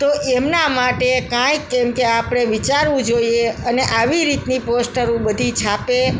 તો એમના માટે કંઈક એમ કે આપણે વિચારવું જોઇએ અને આવી રીતની પોસ્ટરો બધી છાપે